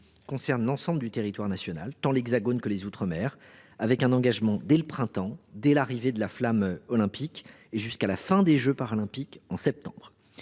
concerne l’ensemble du territoire national, tant l’Hexagone que les outre mer, avec un engagement dès le printemps, dès l’arrivée de la flamme olympique et jusqu’à la fin des jeux Paralympiques au mois